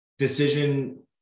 decision